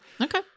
Okay